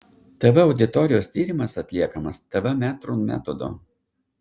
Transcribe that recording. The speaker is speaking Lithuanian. tv auditorijos tyrimas atliekamas tv metrų metodu